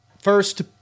first